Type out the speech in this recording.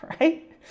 right